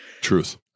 Truth